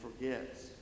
forgets